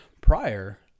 Prior